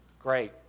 great